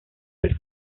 del